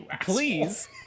please